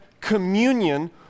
communion